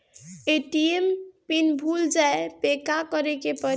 ATM pin भूल जाए पे का करे के पड़ी?